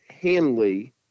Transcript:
Hanley